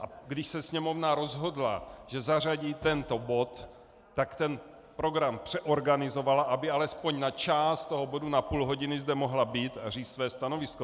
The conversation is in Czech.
A když se Sněmovna rozhodla, že zařadí tento bod, tak ten program přeorganizovala, aby alespoň na část toho bodu, na půl hodiny, zde mohla být a říct své stanovisko.